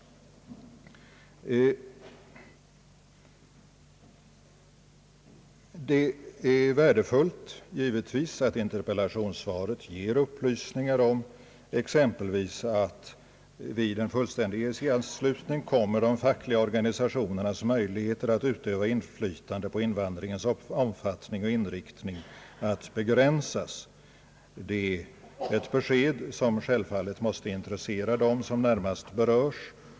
Givetvis är det värdefullt att interpellationssvaret upplyser exempelvis om att vid en fullständig EEC-anslutning kommer de fackliga organisationernas möjligheter att öva inflytande på in vandringens omfattning och inriktning att begränsas. Det beskedet måste självfallet intressera dem som närmast berörs.